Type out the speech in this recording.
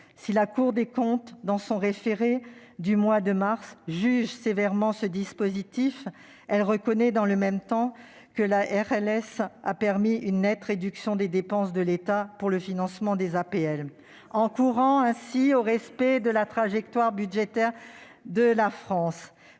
Si la Cour des comptes, dans son référé du mois de décembre, juge sévèrement ce dispositif, elle reconnaît dans le même temps que la RLS « a permis une nette réduction des dépenses de l'État pour le financement des APL, concourant ainsi au respect de la trajectoire budgétaire de la France